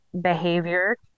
behavior